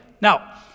Now